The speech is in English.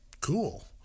cool